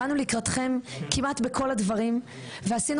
באנו לקראתכם כמעט בכל הדברים ועשינו